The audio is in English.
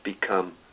become